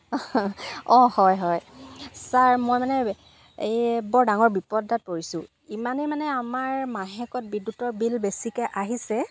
অঁ হয় হয় ছাৰ মই মানে এই বৰ ডাঙৰ বিপদ এটাত পৰিছোঁ ইমানেই মানে আমাৰ মাহেকত বিদ্যুতৰ বিল বেছিকৈ আহিছে